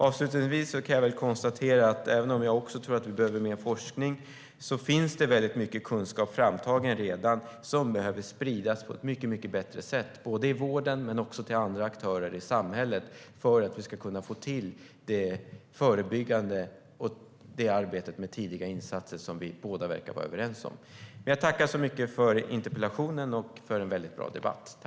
Avslutningsvis kan jag konstatera att även om också jag tror att vi behöver mer forskning finns det redan väldigt mycket kunskap framtagen som behöver spridas på ett mycket bättre sätt, både i vården och till andra aktörer i samhället, för att vi ska kunna få till det förebyggande arbete med tidiga insatser som vi båda verkar vara överens om behövs. Jag tackar så mycket för interpellationen och för en väldigt bra debatt.